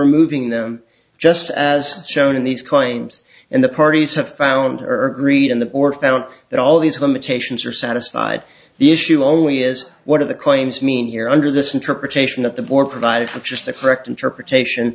removing them just as shown in these claims and the parties have found earth greed in the order found that all these limitations are satisfied the issue only is what are the claims mean here under this interpretation of the more provided of just the correct interpretation